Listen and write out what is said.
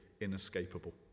inescapable